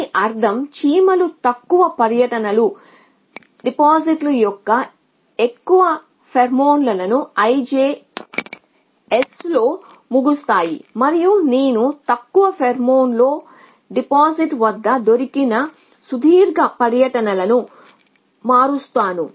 దీని అర్థం చీమలు తక్కువ పర్యటనలు డిపాజిట్ల యొక్క ఎక్కువ ఫేరోమోన్లను i j s లో ముగుస్తాయి మరియు నేను తక్కువ ఫెరోమోన్లో డిపాజిట్ వద్ద దొరికిన సుదీర్ఘ పర్యటనలను మారుస్తాను